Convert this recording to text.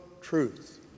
truth